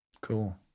cool